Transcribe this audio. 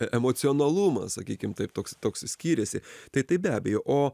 emocionalumas sakykim taip toks toks skyrėsi tai tai be abejo o